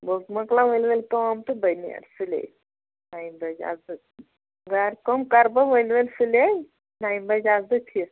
بہٕ مۄکلاو ؤلۍ ؤلۍ کٲم تہٕ بہٕ نیرٕ سُلے نیہِ بَجہِ آسہٕ بہٕ گرٕ کٲم کَرٕ بہٕ ؤلۍ ؤلۍ سُلے نیہِ بَجہِ آسہٕ بہٕ فِٹ